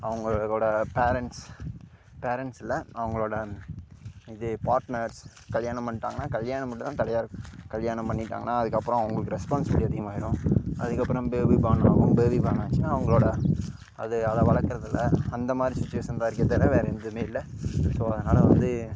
அவங்களோட parents parents இல்லை அவங்களோட இது பார்ட்னர்ஸ் கல்யாணம் பண்ணிடாங்கன்னா கல்யாணம் மட்டும் தான் தடையாக இருக்கும் கல்யாணம் பண்ணிட்டாங்கன்னா அதற்கப்பறம் அவங்களுக்கு ரெஸ்பான்ஸ்பிலிட்டி அதிகமாக ஆயிடும் அதற்கப்பறம் பேபி பார்ன் ஆகும் பேபி பார்ன் ஆச்சுன்னா அவங்களோட அது அதை வளர்க்கறதுல அந்த மாதிரி சுச்சுவேஷன் தான் இருக்கே தவிர வேறு எதுவுமே இல்லை ஸோ அதனால வந்து